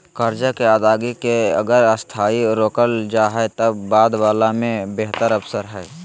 कर्जा के अदायगी के अगर अस्थायी रोकल जाए त बाद वला में बेहतर अवसर हइ